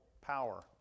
power